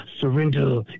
surrender